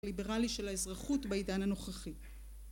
ליברלי של האזרחות בעידן הנוכחי